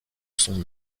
son